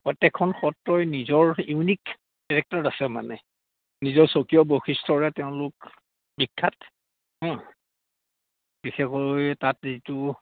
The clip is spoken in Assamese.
প্ৰত্যেকখন সত্ৰই নিজৰ ইউনিক কেৰেক্টাৰ আছে মানে নিজৰ স্বকীয় বৈশিষ্ট্যৰে তেওঁলোক বিখ্যাত বিশেষকৈ তাত যিটো